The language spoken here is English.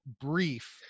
brief